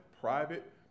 private